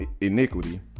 iniquity